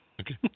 Okay